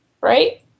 right